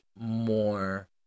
more